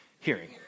hearing